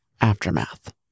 Aftermath